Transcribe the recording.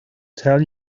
tell